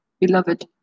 Beloved